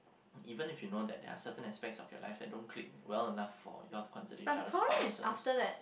even if you know that there are certain aspects of your life that don't click well enough for you all to consider each other spouses